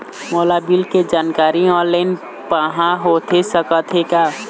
मोला बिल के जानकारी ऑनलाइन पाहां होथे सकत हे का?